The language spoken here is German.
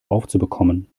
aufzubekommen